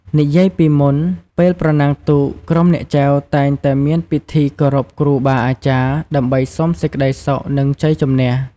និយាយពីមុនពេលប្រណាំងទូក ក្រុមអ្នកចែវតែងតែមានពិធីគោរពគ្រូបាអាចារ្យ ដើម្បីសុំសេចក្ដីសុខ និងជ័យជំនះ។